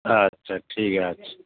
আচ্ছা ঠিক আছে